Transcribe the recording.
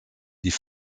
die